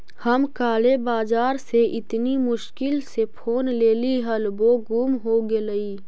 हम काले बाजार से इतनी मुश्किल से फोन लेली हल वो गुम हो गेलई